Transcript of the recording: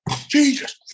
Jesus